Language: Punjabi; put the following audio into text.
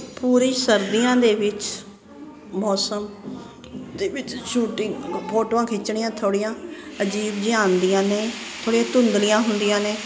ਪੂਰੀ ਸਰਦੀਆਂ ਦੇ ਵਿੱਚ ਮੌਸਮ ਦੇ ਵਿੱਚ ਸ਼ੂਟਿੰਗ ਫੋਟੋਆਂ ਖਿੱਚਣੀਆਂ ਥੋੜ੍ਹੀਆਂ ਅਜੀਬ ਜਿਹੀਆਂ ਆਉਂਦੀਆਂ ਨੇ ਥੋੜ੍ਹੀਆਂ ਧੁੰਦਲੀਆਂ ਹੁੰਦੀਆਂ ਨੇ